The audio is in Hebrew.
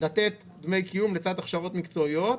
לתת דמי קיום לצד הכשרות מקצועיות.